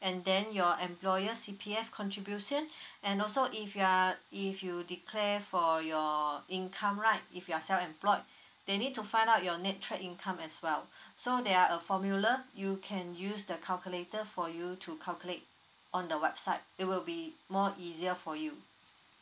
and then your employer C_P_F contribution and also if you are if you declare for your income right if you're self employed they need to find out your natural income as well so there are a formula you can use the calculator for you to calculate on the website it will be more easier for you